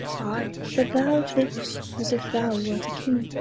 i, but thou talk'st, as if thou wer't a king